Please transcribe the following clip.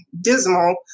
dismal